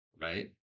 right